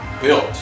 built